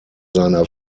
seiner